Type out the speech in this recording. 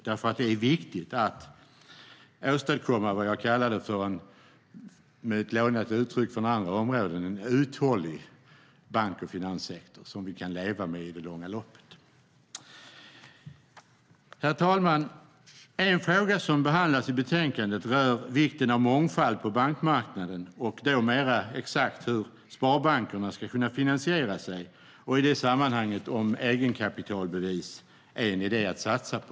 Det är viktigt att åstadkomma det som jag, med ett lånat uttryck från andra områden, kallar för en uthållig bank och finanssektor, som vi kan leva med i det långa loppet. Herr talman! En fråga som behandlas i betänkandet rör vikten av mångfald på bankmarknaden och då mer exakt hur sparbankerna ska kunna finansiera sig och i det sammanhanget om egenkapitalbevis är en idé att satsa på.